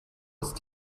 ist